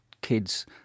kids